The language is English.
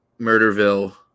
Murderville